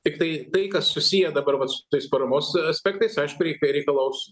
tiktai tai kas susiję dabar vat su tais paramos aspektais aišku reikalaus